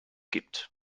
gibt